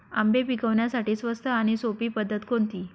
आंबे पिकवण्यासाठी स्वस्त आणि सोपी पद्धत कोणती?